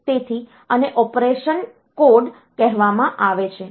તેથી આને operation code કહેવામાં આવે છે